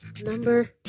number